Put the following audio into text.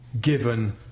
given